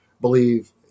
believe